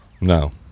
No